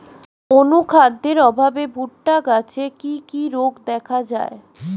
অনুখাদ্যের অভাবে ভুট্টা গাছে কি কি রোগ দেখা যায়?